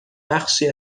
بخشی